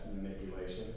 manipulation